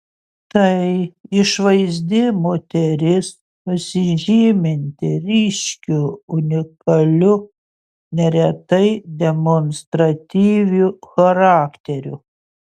tai išvaizdi moteris pasižyminti ryškiu unikaliu neretai demonstratyviu charakteriu